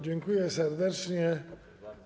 Dziękuję serdecznie.